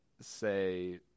say